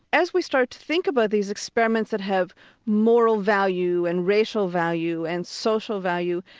as we start to think about these experiments that have moral value and racial value and social value,